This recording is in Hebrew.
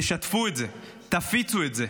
תשתפו את זה, תפיצו את זה.